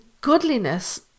goodliness